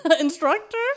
Instructor